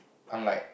I'm like